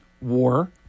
war